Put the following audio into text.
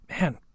Man